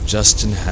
Justin